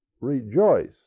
rejoice